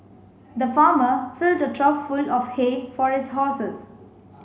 the farmer filled the trough full of hay for his horses